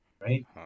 right